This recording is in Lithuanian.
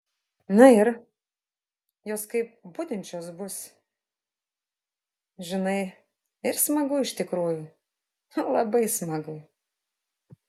na ir jos kaip budinčios bus žinai ir smagu iš tikrųjų labai smagu